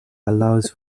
allows